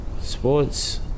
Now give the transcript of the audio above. Sports